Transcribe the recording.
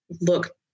look